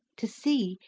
to see,